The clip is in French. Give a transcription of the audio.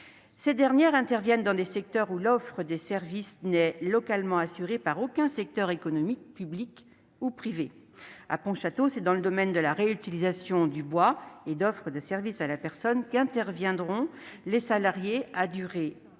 Ces dernières interviennent dans des secteurs où l'offre de services n'est localement assurée par aucun acteur économique public ou privé. À Pont-Château, c'est dans le domaine de la réutilisation de bois et d'offres de services à la personne qu'interviendront les salariés à durée